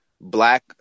Black